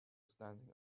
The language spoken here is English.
standing